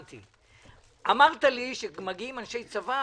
אמרתם שכשמגיעים אנשי צבא,